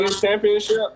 championship